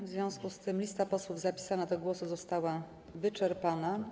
W związku z tym lista posłów zapisanych do głosu została wyczerpana.